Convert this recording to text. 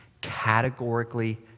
categorically